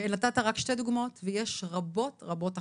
נתת רק שתי דוגמאות ויש רבות רבות אחרות,